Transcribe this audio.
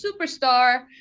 superstar